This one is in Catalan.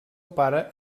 pare